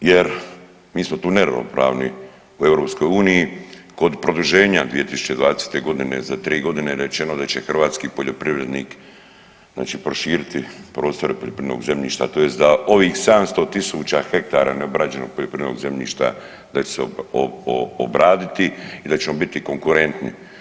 jer mi smo tu neravnopravni u EU, kod produženja 2020. g. za 3 godine rečeno je da će hrvatski poljoprivrednik, da će prošiti prostor poljoprivrednog zemljišta, tj. da ovih 700 tisuća hektara neobrađenog poljoprivrednog zemljišta, da će se obraditi i da ćemo biti konkurentni.